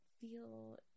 Feel